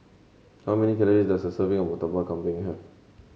how many calories does a serving of Murtabak Kambing have